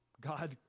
God